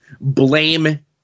blame